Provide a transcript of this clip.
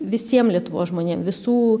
visiem lietuvos žmonėm visų